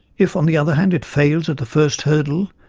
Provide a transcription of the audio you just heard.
if, on the other hand, it fails at the first hurdle,